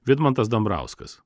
vidmantas dambrauskas